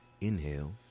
Inhale